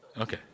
Okay